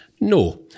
No